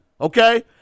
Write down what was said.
Okay